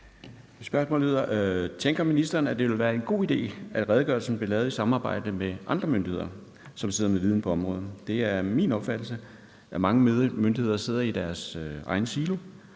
Tænker ministeren, at det vil være en god idé, at redegørelsen bliver lavet i samarbejde med andre myndigheder, som sidder med viden på området? Det er min opfattelse, at mange myndigheder sidder i deres egen silo